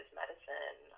medicine